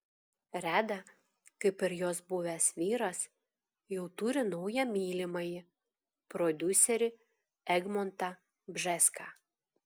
reda kaip ir jos buvęs vyras jau turi naują mylimąjį prodiuserį egmontą bžeską